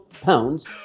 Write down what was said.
pounds